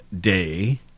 Day